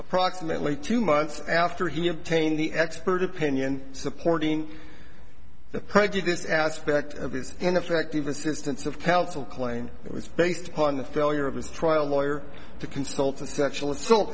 approximately two months after he obtained the expert opinion supporting the prejudice aspect of his and effective assistance of counsel claim it was based upon the failure of his trial lawyer to consult with sexual assault